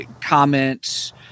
comments